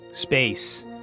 Space